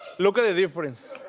look at the difference.